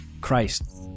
christ